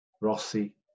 Rossi